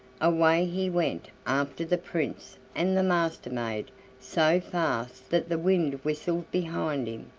away he went after the prince and the master-maid so fast that the wind whistled behind him,